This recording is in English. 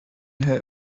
hurt